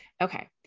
Okay